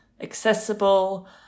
accessible